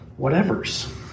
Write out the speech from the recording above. whatevers